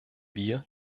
wir